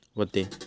व्हते